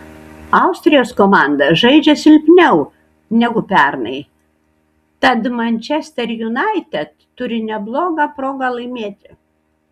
austrijos komanda žaidžia silpniau negu pernai tad manchester united turi neblogą progą laimėti